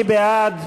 מי בעד?